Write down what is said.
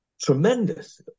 tremendous